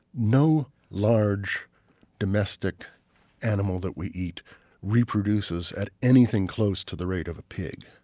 no large domestic animal that we eat reproduces at anything close to the rate of a pig.